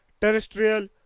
terrestrial